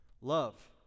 Love